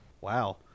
Wow